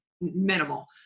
minimal